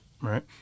right